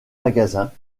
magasins